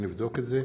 נבדוק את זה,